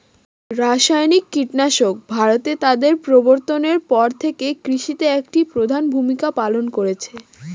রাসায়নিক কীটনাশক ভারতে তাদের প্রবর্তনের পর থেকে কৃষিতে একটি প্রধান ভূমিকা পালন করেছে